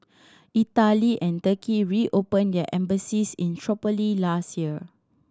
Italy and Turkey reopened their embassies in Tripoli last year